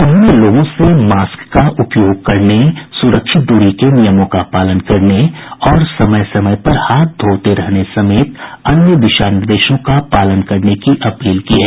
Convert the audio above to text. उन्होंने लोगों से मास्क का उपयोग करने सुरक्षित दूरी के नियमों का पालन करने और समय समय पर हाथ धोते रहने समेत अन्य दिशा निर्देशों का पालन करने की अपील की है